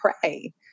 pray